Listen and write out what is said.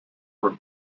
for